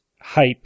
hype